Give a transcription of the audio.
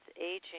aging